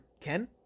Ken